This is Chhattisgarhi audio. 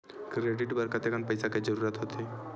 क्रेडिट बर कतेकन पईसा के जरूरत होथे?